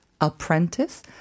Apprentice